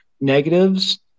negatives